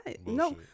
No